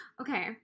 Okay